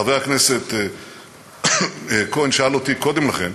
חבר הכנסת כהן שאל אותי קודם לכן